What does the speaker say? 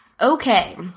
Okay